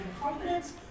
confidence